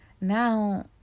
Now